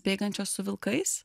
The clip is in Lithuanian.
bėgančios su vilkais